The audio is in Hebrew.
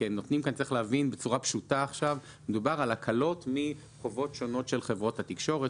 צריך להבין שמדובר על הקלות מחובות שונות של חברות התקשורת,